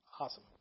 awesome